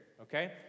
okay